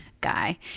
guy